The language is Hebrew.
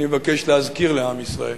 אני מבקש להזכיר לעם ישראל